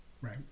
Right